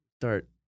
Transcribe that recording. start